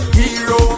hero